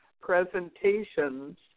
presentations